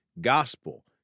gospel